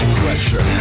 pressure